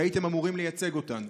והייתם אמורים לייצג אותנו.